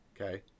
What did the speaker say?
okay